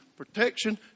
Protection